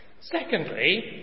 Secondly